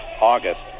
August